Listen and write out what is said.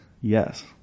Yes